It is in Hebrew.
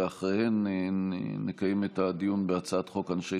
ואחריהן נקיים את הדיון בהצעת חוק אנשי